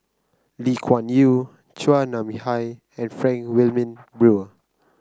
Lee Kuan Yew Chua Nam Hai and Frank Wilmin Brewer